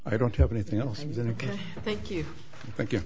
i don't have anything else and thank you thank you